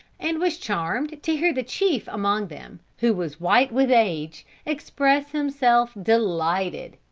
and was charmed to hear the chief among them, who was white with age, express himself delighted,